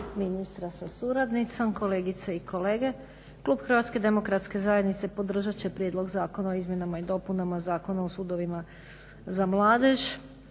ministra sa suradnicom, kolegice i kolege. Klub HDZ-a podržat će prijedlog Zakona o izmjenama i dopunama Zakona o sudovima za mladež